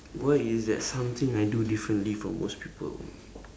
what is that something I do differently from most people